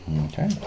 Okay